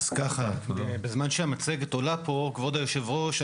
כבוד היושב-ראש,